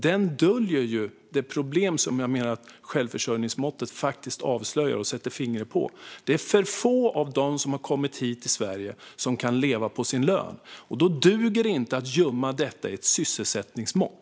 Den döljer det problem som självförsörjningsmåttet faktiskt avslöjar och sätter fingret på. Det är för få av dem som har kommit hit till Sverige som kan leva på sin lön. Då duger det inte att gömma detta i ett sysselsättningsmått.